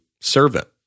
servant